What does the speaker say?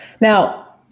Now